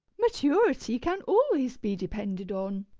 maturity can always be depended on.